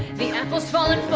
the apple's fallen